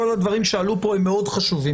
כל הדברים שעלו פה הם מאוד חשובים,